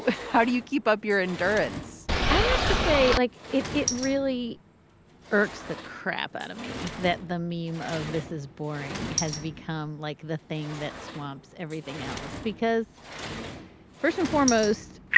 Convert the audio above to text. how do you keep up your endurance? i have to say, like it, it really irks the crap out of me that the meme of this is boring has become like the thing that swamps everything else because first and foremost,